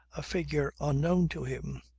a figure unknown to him.